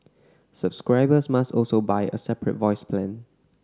subscribers must also buy a separate voice plan